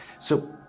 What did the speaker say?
so,